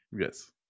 Yes